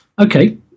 Okay